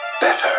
better